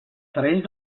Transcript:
terrenys